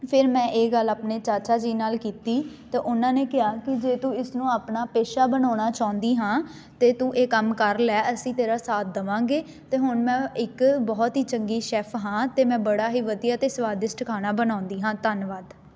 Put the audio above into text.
ਫਿਰ ਮੈਂ ਇਹ ਗੱਲ ਆਪਣੇ ਚਾਚਾ ਜੀ ਨਾਲ ਕੀਤੀ ਤਾਂ ਉਹਨਾਂ ਨੇ ਕਿਹਾ ਕਿ ਜੇ ਤੂੰ ਇਸ ਨੂੰ ਆਪਣਾ ਪੇਸ਼ਾ ਬਣਾਉਣਾ ਚਾਹੁੰਦੀ ਹਾਂ ਤਾਂ ਤੂੰ ਇਹ ਕੰਮ ਕਰ ਲੈ ਅਸੀਂ ਤੇਰਾ ਸਾਥ ਦੇਵਾਂਗੇ ਅਤੇ ਹੁਣ ਮੈਂ ਇੱਕ ਬਹੁਤ ਹੀ ਚੰਗੀ ਸ਼ੈਫ ਹਾਂ ਅਤੇ ਮੈਂ ਬੜਾ ਹੀ ਵਧੀਆ ਅਤੇ ਸਵਾਦਿਸ਼ਟ ਖਾਣਾ ਬਣਾਉਂਦੀ ਹਾਂ ਧੰਨਵਾਦ